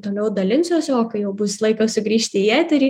toliau dalinsiuosi o kai jau bus laikas sugrįžti į eterį